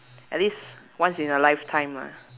at least once in your lifetime lah